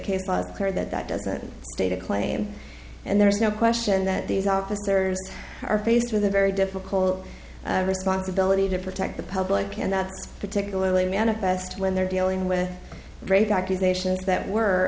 clear that that doesn't state a claim and there's no question that these officers are faced with a very difficult responsibility to protect the public and that's particularly manifest when they're dealing with break occupations that were